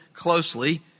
Closely